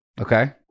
Okay